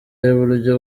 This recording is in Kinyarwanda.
y’uburyo